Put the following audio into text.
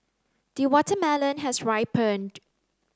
the watermelon has ripened